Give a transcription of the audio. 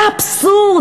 זה אבסורד,